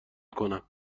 کنم